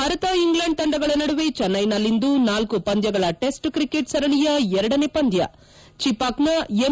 Bharat England ತಂಡಗಳ ನಡುವೆ ಚೆನ್ನೈನಲ್ಲಿಂದು ನಾಲ್ಕು ಪಂದ್ದಗಳ ಟೆಸ್ಟ್ ತ್ರಿಕೆಟ್ ಸರಣಿಯ ಎರಡನೇ ಪಂದ್ಯ ಚಿಪಾಕ್ನ ಎಂ